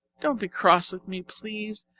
don't be cross with me, please,